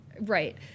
Right